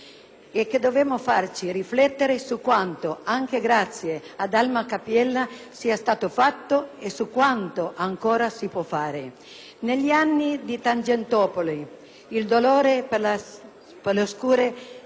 e che devono farci riflettere su quanto, anche grazia ad Alma Cappiello, sia stato fatto e su quanto ancora si possa fare. Negli anni di Tangentopoli, al dolore per la scure